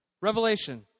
Revelation